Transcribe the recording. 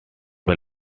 are